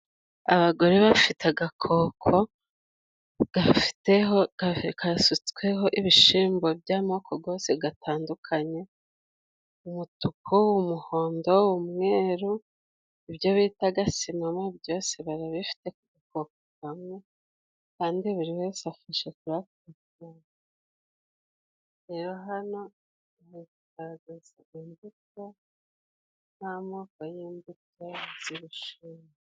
Abagore bafite agakoko， gasutsweho ibishimbo by'amoko yose atandukanye， umutuku， umuhondo，umweru， ibyo bitaga sinoma byose barabifite ku gakoko kamwe， kandi buri wese afashe kuri ako gakoko，rero hano hagaragaza imbuto n'amoko y'imbuto z'ibishimbo.